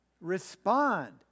Respond